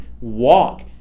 walk